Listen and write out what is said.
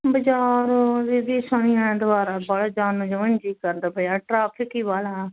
ਬਾਜ਼ਾਰ ਦੀਦੀ ਸ਼ਨੀ ਐਤਵਾਰ ਆ ਬਾਹਰ ਜਾਣ ਨੂੰ ਜਮਾਂ ਈ ਨੀ ਜੀਅ ਕਰਦਾ ਪਿਆ ਟ੍ਰੈਫਿਕ ਈ ਬਾਹਲਾ